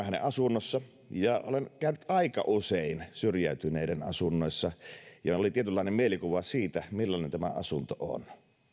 hänen asunnossaan ja olen käynyt aika usein syrjäytyneiden asunnoissa ja oli tietynlainen mielikuva siitä millainen tämä asunto on